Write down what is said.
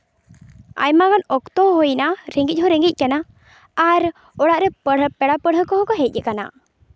ᱟᱭᱢᱟ ᱜᱟᱱ ᱚᱠᱛᱚ ᱦᱚᱸ ᱦᱩᱭᱱᱟ ᱨᱮᱸᱜᱮᱡ ᱦᱚᱸ ᱨᱮᱸᱜᱮᱡ ᱠᱟᱱᱟ ᱟᱨ ᱚᱲᱟᱜ ᱨᱮ ᱯᱮᱲᱟ ᱯᱟᱹᱲᱦᱟᱹ ᱠᱚᱦᱚᱸ ᱠᱚ ᱦᱮᱡ ᱠᱟᱱᱟ